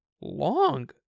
long